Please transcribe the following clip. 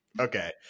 okay